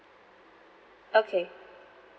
okay